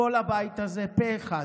כל הבית הזה, פה אחד,